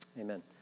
Amen